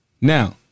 Now